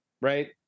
right